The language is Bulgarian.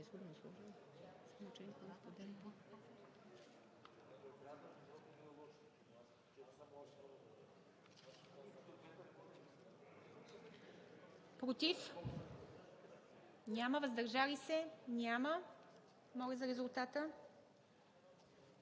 Против? Няма. Въздържали се? Няма. Моля за резултата.